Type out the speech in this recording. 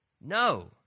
no